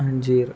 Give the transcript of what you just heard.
అంజీర్